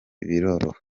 biroroha